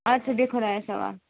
اَدٕ سا یٚہہ خۄدایس حوال